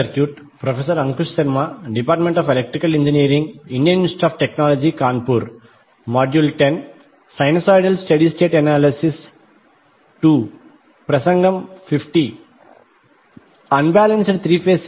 నమస్కారము